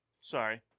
Sorry